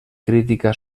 crítica